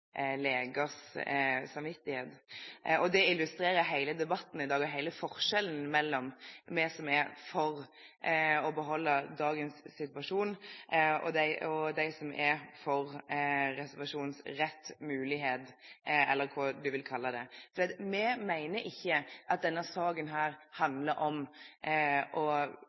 dag og hele forskjellen mellom oss som er for å beholde dagens situasjon, og dem som er for reservasjonsrett, reservasjonsmulighet eller hva man vil kalle det. Vi mener ikke at denne saken handler om å forvalte en følelse hos leger som har godt betalt og